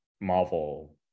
Marvel